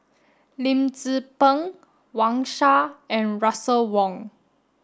Lim Tze Peng Wang Sha and Russel Wong